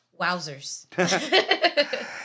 Wowzers